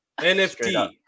NFT